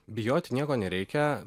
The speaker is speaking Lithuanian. bijoti nieko nereikia